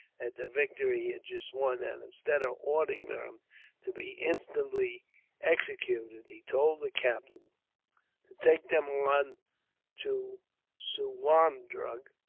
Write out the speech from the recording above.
at the victory he had just won and, instead of ordering them to be instantly executed, he told the captain to take them on to suwarndrug,